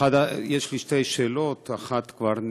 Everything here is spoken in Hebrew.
יש לי שתי שאלות, אחת כבר,